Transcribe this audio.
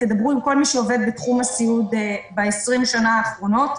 תדברו עם כל מי שעובד בתחום הסיעוד ב-20 השנים האחרונות.